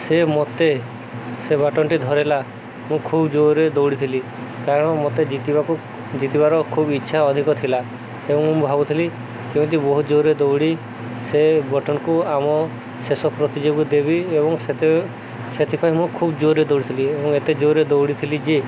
ସେ ମୋତେ ସେ ବଟନଟି ଧରେଇଲା ମୁଁ ଖୁବ ଜୋରରେ ଦୌଡ଼ିଥିଲି କାରଣ ମତେ ଜିତିବାକୁ ଜିତିବାର ଖୁବ ଇଚ୍ଛା ଅଧିକ ଥିଲା ଏବଂ ମୁଁ ଭାବୁଥିଲି କେମିତି ବହୁତ ଜୋରରେ ଦୌଡ଼ି ସେ ବଟନକୁ ଆମ ଶେଷ ପ୍ରତିଯୋଗୀକୁ ଦେବି ଏବଂ ସେତେ ସେଥିପାଇଁ ମୁଁ ଖୁବ ଜୋରରେ ଦୌଡ଼ିଥିଲି ଏବଂ ଏତେ ଜୋରରେ ଦୌଡ଼ିଥିଲି ଯେ